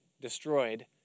destroyed